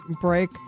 break